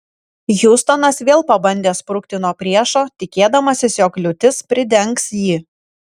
hiustonas vėl pabandė sprukti nuo priešo tikėdamasis jog liūtis pridengs jį